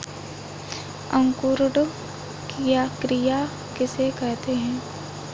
अंकुरण क्रिया किसे कहते हैं?